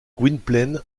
gwynplaine